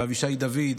ואבישי דוד,